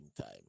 time